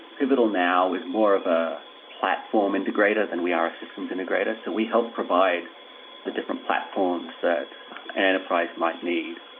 pivotal now is more of a platform integrator than we are a systems integrator. so we help provide the different platforms that an enterprise might need.